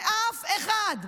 ואף אחד,